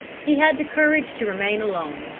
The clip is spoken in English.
he had the courage to remain alone.